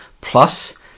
Plus